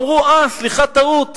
אמרו: אה, סליחה, טעות.